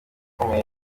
ikomeye